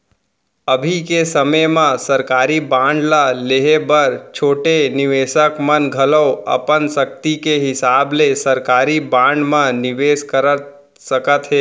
अभी के समे म सरकारी बांड ल लेहे बर छोटे निवेसक मन घलौ अपन सक्ति के हिसाब ले सरकारी बांड म निवेस कर सकत हें